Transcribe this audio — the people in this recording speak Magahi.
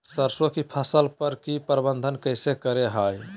सरसों की फसल पर की प्रबंधन कैसे करें हैय?